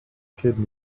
kid